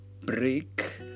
break